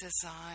design